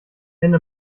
ende